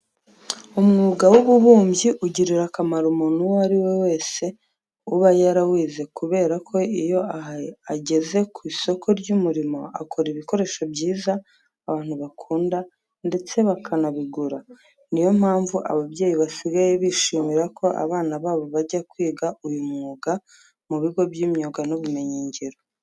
Umwuga w'ububumbyi ugirira akamaro umuntu uwo ari we wese uba yarawize kubera ko iyo ageze ku isoko ry'umurimo akora ibikoresho byiza abantu bakunda ndetse bakanabigura. Niyo mpamvu ababyeyi basigaye bishimira ko abana babo bajya kwiga uyu mwuga mu bigo by'imyuga n'ubumenyingiro.